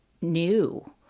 new